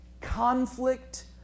conflict